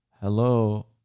hello